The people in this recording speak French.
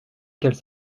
qu’elle